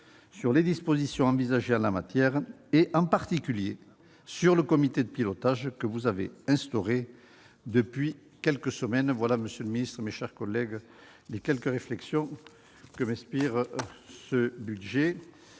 sur les dispositions envisagées en la matière, en particulier sur le comité de pilotage que vous avez instauré voilà quelques semaines ? Telles sont, monsieur le ministre, mes chers collègues, les quelques réflexions que m'inspire ce projet